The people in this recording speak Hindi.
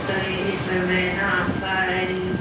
सर इसमें ना आपका